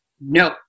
No